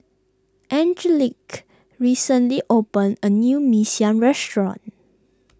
Angelique recently opened a new Mee Siam restaurant